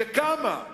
וכמה,